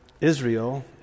Israel